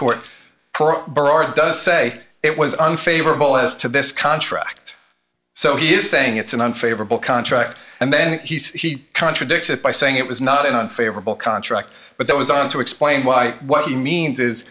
bar does say it was unfavorable as to this contract so he is saying it's an unfavorable contract and then he contradicts it by saying it was not an unfavorable contract but that was on to explain why what he means is